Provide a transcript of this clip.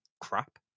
crap